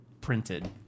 printed